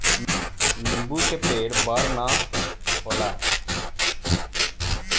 नीबू के पेड़ बड़ ना होला